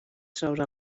sobre